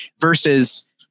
versus